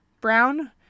Brown